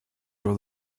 for